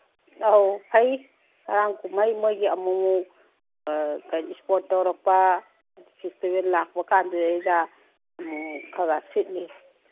ꯑꯧ ꯐꯩ ꯍꯔꯥꯎ ꯀꯨꯝꯍꯩ ꯃꯣꯏꯒꯤ ꯑꯃꯨꯃꯨꯛ ꯏꯁꯄꯣꯠ ꯇꯧꯔꯛꯄ ꯐꯦꯁꯇꯤꯚꯦꯜ ꯂꯥꯛꯄꯩ ꯀꯥꯟꯗꯨꯗꯩꯗ ꯈꯔ ꯈꯔ ꯁꯤꯠꯂꯤ